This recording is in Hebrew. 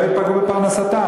וזה אומר שהם לא ייפגעו בפרנסתם.